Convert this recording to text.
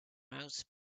mouse